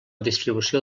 distribució